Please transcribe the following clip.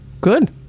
Good